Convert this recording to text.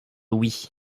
wii